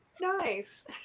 Nice